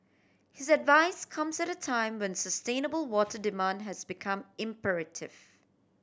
his advice comes at a time when sustainable water demand has become imperative